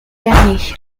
derniers